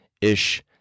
ish